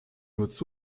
wollt